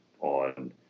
on